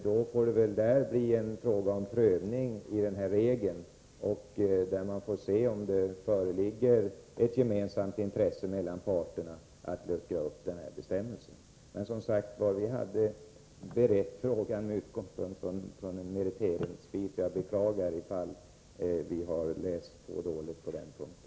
Då får man se om det föreligger ett gemensamt intresse mellan parterna att luckra upp den här bestämmelsen. Men som sagt, vi hade berett frågan med utgångspunkt i spörsmålet om meritering, och jag beklagar om vi har läst på dåligt på den punkten.